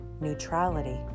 Neutrality